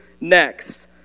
next